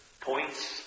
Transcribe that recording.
points